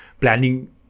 planning